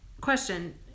Question